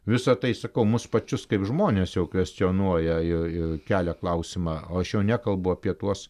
visa tai sakau mus pačius kaip žmones jau kvestionuoja ir ir kelia klausimą o aš jau nekalbu apie tuos